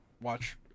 watch